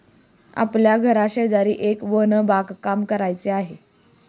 आपल्या घराशेजारी एक वन बागकाम करायचे आहे